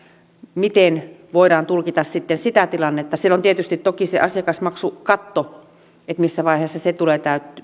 miten voidaan tulkita sitten sitä tilannetta siellä on tietysti toki se asiakasmaksukatto siitä missä vaiheessa se tulee